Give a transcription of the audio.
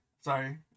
Sorry